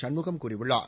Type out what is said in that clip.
சண்முகம் கூறியுள்ளார்